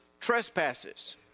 trespasses